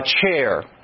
chair